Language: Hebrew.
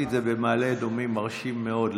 ירושלים,